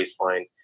baseline